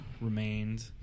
remained